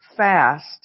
fast